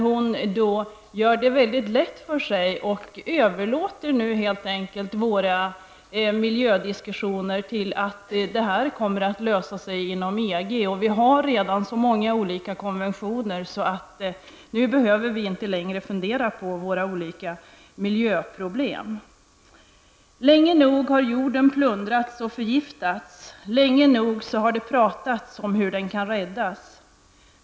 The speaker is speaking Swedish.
Hon gör det väldigt lätt för sig och överlåter nu helt enkelt våra miljödiskussioner till EG, där det hela skulle komma att lösa sig. Hon menar att vi redan har så många konventioner att vi inte längre behöver fundera på våra olika miljöproblem. ''Länge nog har jorden plundrats och förgiftats. Länge nog har det pratats om hur den kan räddas.''